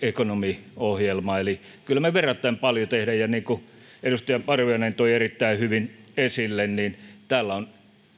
economy ohjelma eli kyllä me verrattain paljon teemme niin kuin edustaja parviainen toi erittäin hyvin esille täällä on